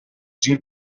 جیب